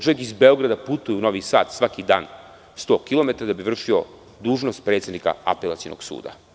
Čovek iz Beograda putuje u Novi Sad, svaki dan, 100 kilometara, da bi vršio dužnost predsednika Apelacionog suda.